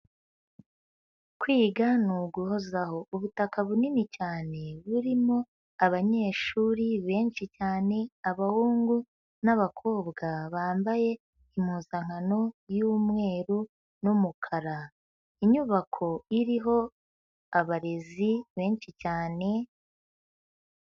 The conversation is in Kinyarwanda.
Kwiga ni uguhozaho, ubutaka bunini cyane buririmo abanyeshuri benshi cyane, abahungu n'abakobwa bambaye impuzankano y'umweru n'umukara, inyubako iriho abarezi benshi cyane.